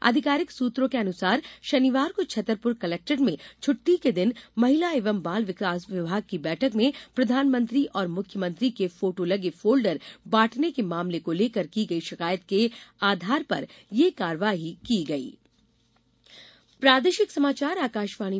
आधिकारिक सूत्रों के अनुसार शनिवार को छतरपुर कलेक्ट्रेट में छट्टी के दिन महिला एवं बाल विकास विभाग की बैठक में प्रधानमंत्री और मुख्यमंत्री के फोटो लगे फोल्डर बांटने के मामले को लेकर की गयी शिकायत के आधार पर यह कार्रवाई की गयी